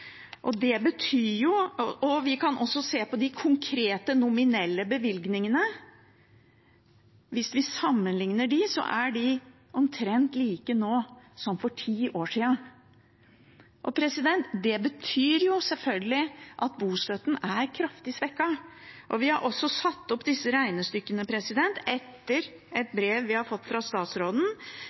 Vi kan også se på de konkrete nominelle bevilgningene. Hvis vi sammenligner dem, er de omtrent de samme nå som for ti år siden. Det betyr selvfølgelig at bostøtten er kraftig svekket. Vi har også satt opp disse regnestykkene – etter et brev vi har fått fra statsråden